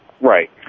Right